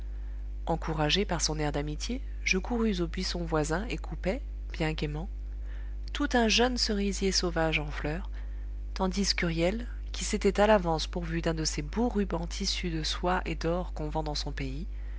encouragé par son air d'amitié je courus au buisson voisin et coupai bien gaiement tout un jeune cerisier sauvage en fleur tandis qu'huriel qui s'était à l'avance pourvu d'un de ces beaux rubans tissus de soie et d'or qu'on vend dans son pays